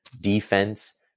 defense